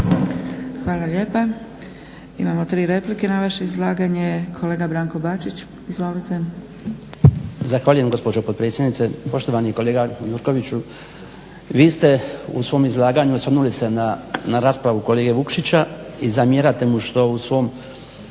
Hvala lijepa. Imamo 3 replike na vaše izlaganje. Kolega Branko Bačić. Izvolite. **Bačić, Branko (HDZ)** Zahvaljujem gospođo potpredsjednice. Poštovani kolega Gjurković. vi ste u svom izlaganju osvrnuli se na raspravu kolege Vukšića i zamjerate mu što u svom